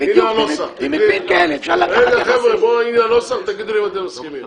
הנה הנוסח, תגידו לי אם אתם מסכימים.